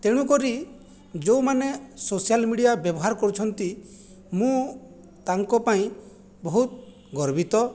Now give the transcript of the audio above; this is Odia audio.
ତେଣୁକରି ଯେଉଁମାନେ ସୋସିଆଲ ମିଡ଼ିଆ ବ୍ୟବହାର କରୁଛନ୍ତି ମୁଁ ତାଙ୍କ ପାଇଁ ବହୁତ ଗର୍ବିତ